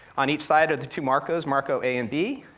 on each side are the two marcos, marco a and b,